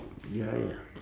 ya ya